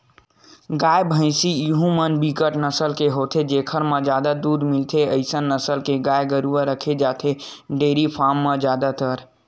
गाय, भइसी यहूँ म बिकट नसल के होथे जेखर ले जादा दूद मिलथे अइसन नसल के गाय गरुवा रखे जाथे डेयरी फारम म जादातर